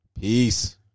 Peace